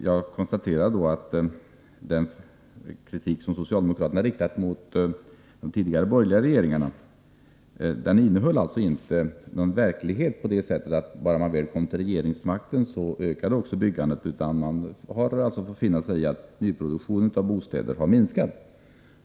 Jag konstaterar att den kritik som socialdemokraterna riktade mot de borgerliga regeringarna inte innehöll något verkligt — det var alltså inte så att bara man själv kom till regeringsmakten ökade också byggandet; man har fått finna sig i att nyproduktionen av bostäder har minskat.